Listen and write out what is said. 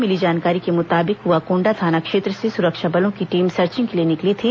मिली जानकारी के मुताबिक कुआकोंडा थाना क्षेत्र से सुरक्षा बलों की टीम सर्चिंग के लिए निकली थी